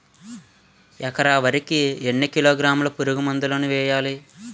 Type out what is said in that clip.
ఎకర వరి కి ఎన్ని కిలోగ్రాముల పురుగు మందులను వేయాలి?